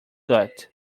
cut